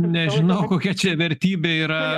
nežinau kokia čia vertybė yra